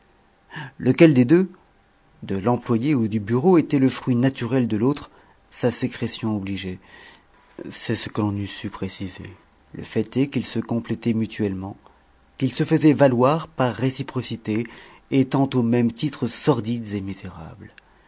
lequel des deux de l'employé ou du bureau était le fruit naturel de l'autre sa sécrétion obligée c'est ce qu'on n'eût su préciser le fait est qu'ils se complétaient mutuellement qu'ils se faisaient valoir par réciprocité étant au même titre sordides et misérables